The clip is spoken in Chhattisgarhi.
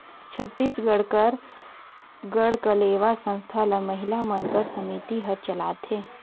छत्तीसगढ़ कर गढ़कलेवा संस्था ल महिला मन कर समिति हर चलाथे